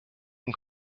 und